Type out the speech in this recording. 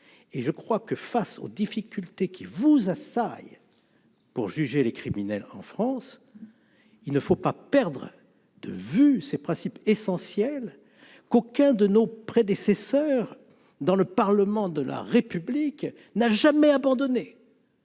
d'assises. Face aux difficultés qui vous assaillent pour juger les criminels en France, il ne faut pas perdre de vue ces principes essentiels, qu'aucun de nos prédécesseurs, dans le Parlement de la République, n'a jamais abandonnés.